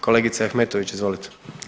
Kolegice Ahmetović, izvolite.